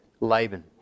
Laban